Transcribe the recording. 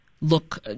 look